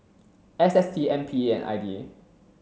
S S T M P A and I D A